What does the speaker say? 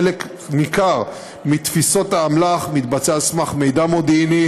חלק ניכר מתפיסות האמל"ח מתבצע על סמך מידע מודיעיני.